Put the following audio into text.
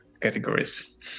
categories